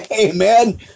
Amen